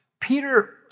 Peter